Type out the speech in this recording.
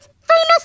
famous